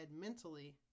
mentally